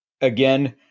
again